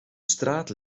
straat